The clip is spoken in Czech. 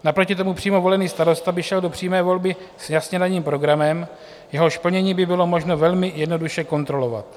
Naproti tomu přímo volený starosta by šel do přímé volby s jasně daným programem, jehož plnění by bylo možno velmi jednoduše kontrolovat.